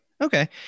Okay